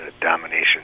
domination